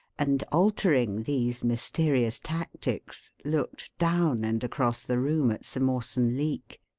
and, altering these mysterious tactics, looked down and across the room at sir mawson leake.